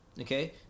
Okay